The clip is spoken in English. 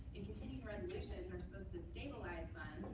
and continuing resolutions are supposed to stabilize funds.